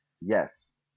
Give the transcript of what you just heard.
Yes